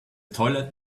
toilet